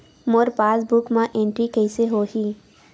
मोर passbook मा entry कइसे होही?